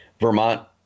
Vermont